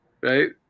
right